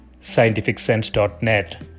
scientificsense.net